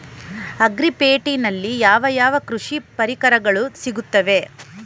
Agri ಪೇಟೆನಲ್ಲಿ ಯಾವ ಯಾವ ಕೃಷಿ ಪರಿಕರಗಳು ಸಿಗುತ್ತವೆ?